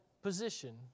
position